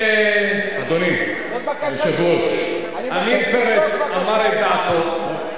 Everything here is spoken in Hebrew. אדוני היושב-ראש, חבר הכנסת עמיר פרץ אמר את דברו.